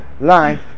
life